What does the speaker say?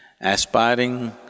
aspiring